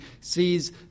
sees